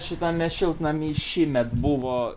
šitame šiltnamy šįmet buvo